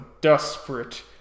desperate